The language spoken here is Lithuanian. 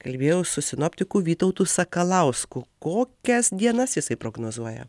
kalbėjau su sinoptiku vytautu sakalausku kokias dienas jisai prognozuoja